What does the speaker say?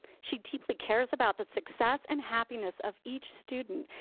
she deeply cares about the success and happiness of each student,